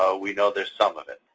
ah we know there's some of it.